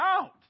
out